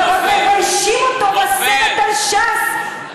ועוד מביישים אותו בסרט על ש"ס,